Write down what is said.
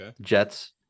Jets